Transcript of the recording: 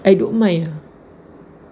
I don't mind lah